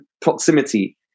Proximity